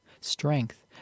strength